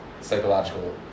psychological